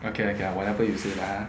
okay okay ah whatever you say lah ah